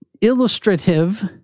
illustrative